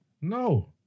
No